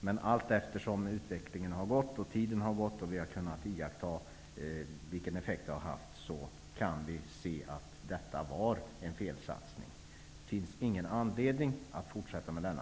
Men allteftersom tiden har gått, och vi har kunnat iaktta vilken effekt de har haft, har vi sett att det var en felsatsning. Det finns ingen anledning att fortsätta med denna.